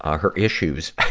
ah her issues,